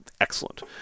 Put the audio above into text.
excellent